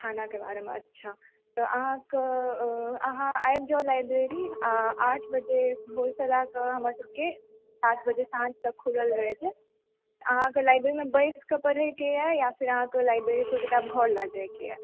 खानाके बारेमे अच्छा तऽ अहाँकेॅं अहाँ आबि जाउ लाइब्रेरी आ आठ बजे भोरसँ लए कऽ हमरा सभकेँ आठ बजे साँझ तक खुलल रहै छै अहाँकेँ लाइब्रेरी मे बैसकऽ पढ़ैके यऽ या फेर अहाँकेँ लाइब्रेरी से किताब घर लए जाएके यऽ